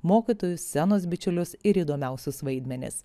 mokytojus scenos bičiulius ir įdomiausius vaidmenis